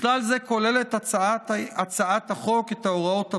בכלל זה כוללת הצעת החוק את ההוראות האלה: